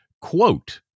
Quote